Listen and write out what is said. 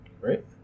Right